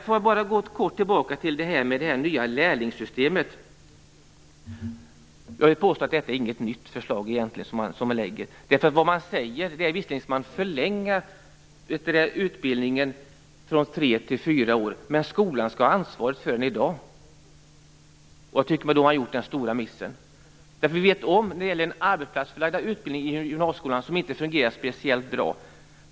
Låt mig kort gå tillbaka till det här med det nya lärlingssystemet. Jag vill påstå att detta egentligen inte är något nytt förslag. Vad man säger är visserligen att man skall förlänga utbildningen från tre till fyra år, men skolan skall, precis som i dag, ha ansvaret för detta. Då har man gjort en stor miss. Vi vet ju att den arbetsplatsförlagda utbildningen i gymnasieskolan inte fungerar speciellt bra.